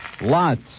lots